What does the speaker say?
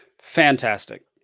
Fantastic